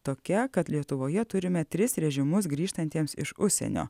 tokia kad lietuvoje turime tris režimus grįžtantiems iš užsienio